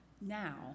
Now